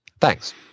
Thanks